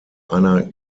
einer